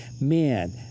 Man